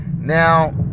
Now